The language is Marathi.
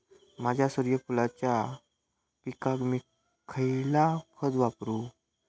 माझ्या सूर्यफुलाच्या पिकाक मी खयला खत वापरू?